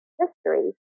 history